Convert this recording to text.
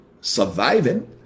surviving